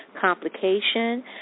complication